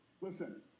listen